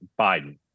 Biden